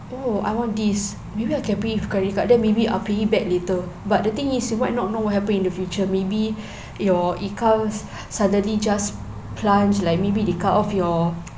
oh I want this maybe I can pay with credit card then maybe I'll pay it back later but the thing is you might not know what happen in the future maybe your income suddenly just plunge like maybe they cut off your